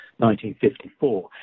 1954